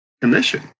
commission